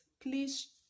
please